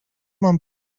mam